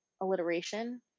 alliteration